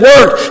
work